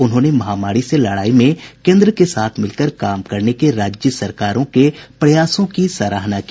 उन्होंने महामारी से लड़ाई में केन्द्र के साथ मिलकर काम करने के राज्य सरकारों के प्रयासों की सराहना की